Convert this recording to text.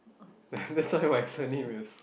that so wisening with